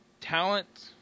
talent